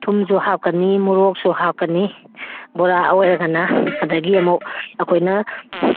ꯊꯨꯝꯁꯨ ꯍꯥꯞꯀꯅꯤ ꯃꯣꯔꯣꯛꯁꯨ ꯍꯥꯞꯀꯅꯤ ꯕꯣꯔꯥ ꯑꯣꯏꯔꯒꯅ ꯑꯗꯒꯤ ꯑꯃꯨꯛ ꯑꯩꯈꯣꯏꯅ